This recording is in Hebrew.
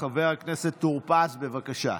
חבר הכנסת טור פז, בבקשה.